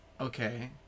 Okay